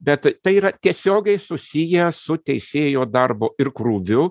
bet tai yra tiesiogiai susiję su teisėjo darbu ir krūviu